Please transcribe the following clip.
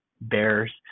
Bears